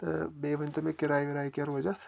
تہٕ بیٚیہِ ؤنۍتو مےٚ کِراے وِراے کیٛاہ روزِ اَتھ